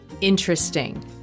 interesting